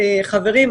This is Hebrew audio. חברים,